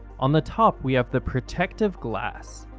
on the top, we have the protective glass.